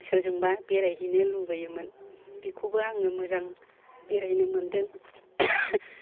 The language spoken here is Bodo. सोरजोंबा बेरायहैनो लुबैयोमोन बेखौबो आङो मोजां बेरायनो मोनदों